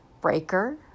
Breaker